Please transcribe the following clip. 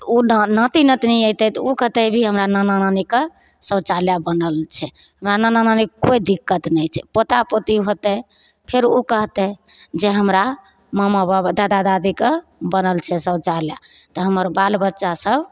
तऽ ओ नाती नतनी अइतै तऽ ओ कहतै भी हमरा नाना नानीके शौचालय बनल छै नाना नाना नानीके कोइ दिक्कत नहि छै पोता पोती होयतै फेर ओ कहतै जे हमरा मामा बाबा दादा दादीके बनल छै शौचालय तऽ हमर बालबच्चा सब